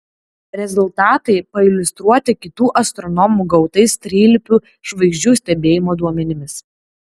rezultatai pailiustruoti kitų astronomų gautais trilypių žvaigždžių stebėjimo duomenimis